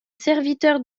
serviteur